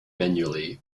manually